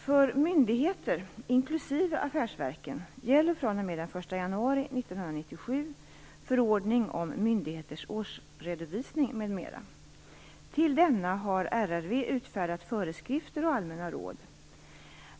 För myndigheter inklusive affärsverken gäller fr.o.m. den 1 januari 1997 förordning om myndigheters årsredovisning m.m. Till denna har RRV utfärdat föreskrifter och allmänna råd.